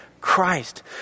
Christ